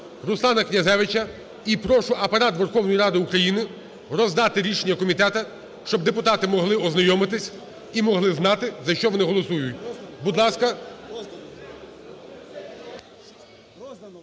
Руслана Князевича. І прошу Апарат Верховної Ради України роздати рішення комітету, щоб депутати могли ознайомитись і могли знати, за що вони голосують. Будь ласка. В залі